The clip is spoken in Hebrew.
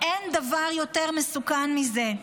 אין דבר יותר מסוכן מזה.